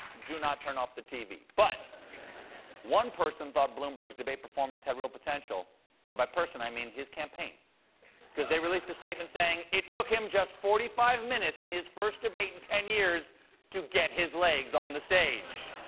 do not turn off the tv. but one person thought bloomberg's debate performance had real potential and by person, i mean his campaign because they released a statement saying it took him just forty five minutes in his first debate in ten years to get his legs on the stage.